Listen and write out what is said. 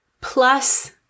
plus